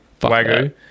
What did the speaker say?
Wagyu